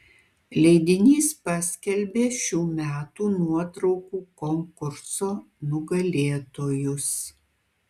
leidinys paskelbė šių metų nuotraukų konkurso nugalėtojus